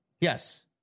Yes